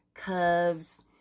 curves